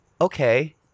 okay